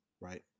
Right